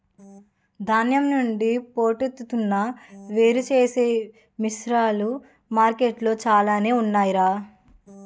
ధాన్యం నుండి పొట్టును వేరుచేసే మిసన్లు మార్కెట్లో చాలానే ఉన్నాయ్ రా